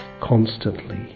constantly